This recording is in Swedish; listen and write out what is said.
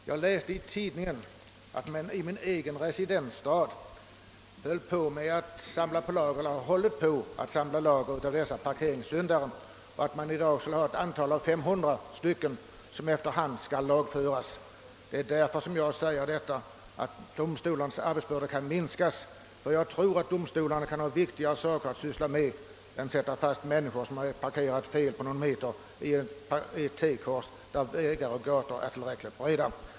Jag läste i tidningen att man i min egen residensstad samlat anmälningar mot parkeringssyndare på hög. Man har i dag 500 parkeringssyndare anmälda, och dessa skall efter hand lagföras. Jag tycker att domstolarna har viktigare saker att syssla med än att döma personer som parkerat fel på någon meter i ett T-kors, där vägar och gator är tillräckligt breda.